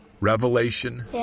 Revelation